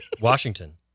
washington